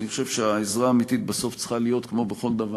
אני חושב שהעזרה האמיתית בסוף צריכה להיות כמו בכל דבר: